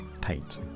paint